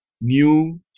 new